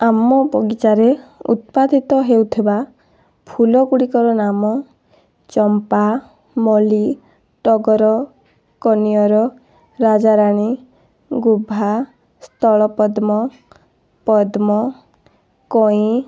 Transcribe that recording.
ଆମ ବଗିଚାରେ ଉତ୍ପାଦିତ ହେଉଥିବା ଫୁଲଗୁଡ଼ିକର ନାମ ଚମ୍ପା ମଲ୍ଲି ଟଗର କନିଅର୍ ରାଜାରାଣୀ ଗୁଭା ସ୍ଥଳପଦ୍ମ ପଦ୍ମ କଇଁ